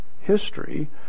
history